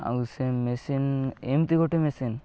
ଆଉ ସେ ମେସିନ୍ ଏମିତି ଗୋଟେ ମେସିନ୍